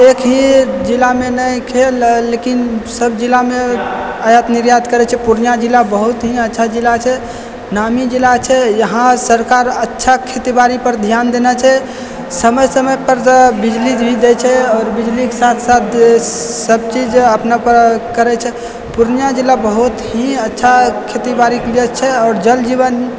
चावल एक ही जिलामे नहि छै लेकिन सभजिलामे आयात निर्यात करैत छै पुर्णियाँ जिला बहुत ही अच्छा जिला छै नामी जिला छै यहाँ सरकार अच्छा खेतीबाड़ीपर ध्यान देने छै समय समयपर बिजली भी दैत छै आओर बिजलीके साथ साथ सभचीज अपना करैत छै पुर्णियाँ जिला बहुत ही अच्छा खेतीबाड़ीके लेल छै आ जनजीवन